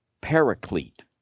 paraclete